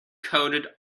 coated